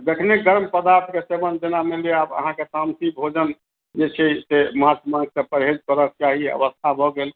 जखने गाम सॅं वात के सेवन जेना मानि लिअ अहाँ कय तामसी भोजन जे छै से माछ मासु सॅं परहेज करक चाही अवस्था भऽ गेल